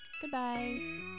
Goodbye